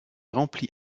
rempli